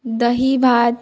दही भात